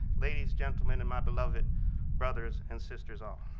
ladies, gentlemen, and my beloved brothers and sisters all.